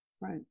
Right